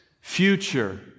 future